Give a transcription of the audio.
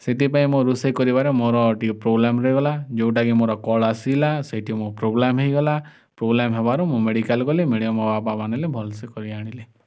ସେଥିପାଇଁ ମୋ ରୋଷେଇ କରିବାରେ ମୋର ଟିକେ ପ୍ରୋବ୍ଲେମ୍ ରହିଗଲା ଯେଉଁଟାକି ମୋର କଲ୍ ଆସିଲା ସେଇଠି ମୁଁ ପ୍ରୋବ୍ଲେମ୍ ହେଇଗଲା ପ୍ରୋବ୍ଲେମ୍ ହେବାରୁ ମୁଁ ମେଡ଼ିକାଲ୍ ଗଲି ମେଡ଼ିକା ମୋ ବାପା ମା ନେଲେ ନେଲେ ଭଲସେ କରି ଆଣିଲେ